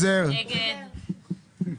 תשעה,